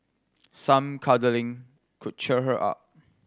some cuddling could cheer her up